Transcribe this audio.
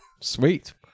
Sweet